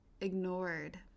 ignored